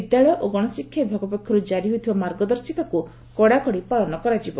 ବିଦ୍ୟାଳୟ ଓ ଗଣଶିକ୍ଷା ବିଭାଗ ପକ୍ଷରୁ ଜାରି ହୋଇଥିବା ମାର୍ଗଦର୍ଶିକାକୁ କଡାକଡି ପାଳନ କରାଯିବ